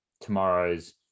tomorrow's